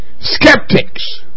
skeptics